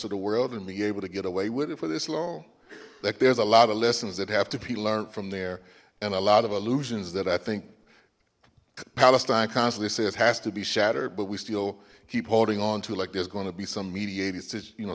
of the world and be able to get away with it for this long like there's a lot of lessons that have to be learnt from there and a lot of illusions that i think palestine constantly says has to be shattered but we still keep holding on to like there's going to be some mediators you know